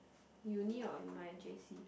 uni or in my J_C